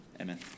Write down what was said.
Amen